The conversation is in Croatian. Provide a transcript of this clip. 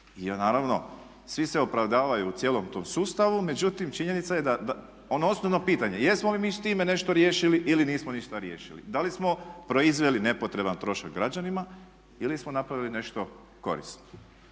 i naravno svi se opravdavaju u cijelom tom sustavu. Međutim, činjenica je da ono osnovno pitanje jesmo li mi s time nešto riješili ili nismo ništa riješili? Da li smo proizveli nepotreban trošak građanima ili smo napravili nešto korisno?